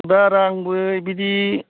बारा आंबो बिदि